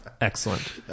Excellent